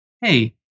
hey